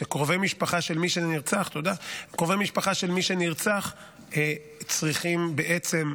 -- שקרובי משפחה של מי שנרצח צריכים לחלוק,